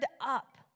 up